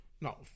No